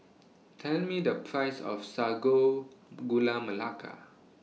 Tell Me The Price of Sago Gula Melaka